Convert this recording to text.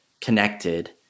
connected